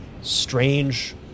strange